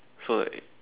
so like